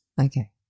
Okay